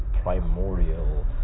primordial